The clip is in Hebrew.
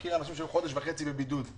מכיר אנשים שהיו חודש וחצי בבידוד.